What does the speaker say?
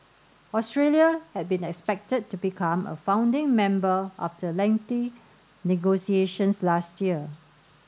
Australia had been expected to become a founding member after lengthy negotiations last year